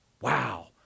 Wow